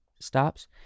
stops